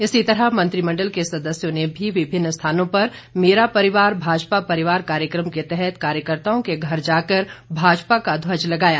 इसी तरह मंत्रिमंडल के सदस्यों ने भी विभिन्न स्थानों पर मेरा परिवार भाजपा परिवार कार्यकम के तहत कार्यकर्ताओं के घर जाकर भाजपा का ध्वज लगाया